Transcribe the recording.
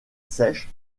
sèches